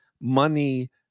money